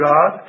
God